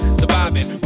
surviving